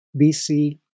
BC